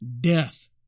Death